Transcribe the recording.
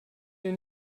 dir